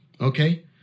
Okay